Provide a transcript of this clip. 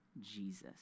Jesus